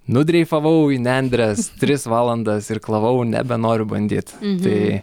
nudreifavau į nendres tris valandas irklavau nebenoriu bandyt tai